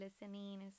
listening